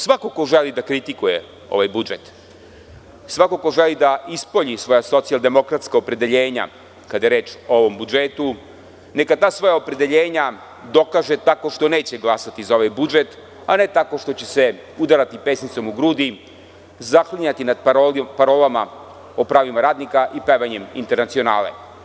Svako ko želi da kritikuje ovaj budžet, svako ko želi da ispolji svoja socijaldemokratska opredeljenja kada je reč o ovom budžetu, neka ta svoja opredeljenja dokaže tako što neće glasati za ovaj budžet, a ne tako što će se udarati pesnicom u grudi, zaklinjati nad parolama o pravima radnika i pevanjem internacionale.